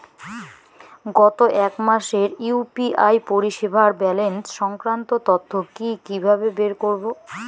গত এক মাসের ইউ.পি.আই পরিষেবার ব্যালান্স সংক্রান্ত তথ্য কি কিভাবে বের করব?